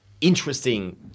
interesting